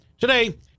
Today